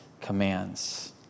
commands